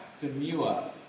demure